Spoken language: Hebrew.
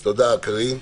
תודה, קארין.